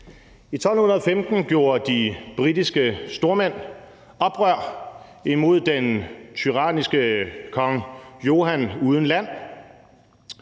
I 1215 gjorde de britiske stormænd oprør imod den tyranniske konge Johan uden Land,